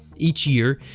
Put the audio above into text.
each year,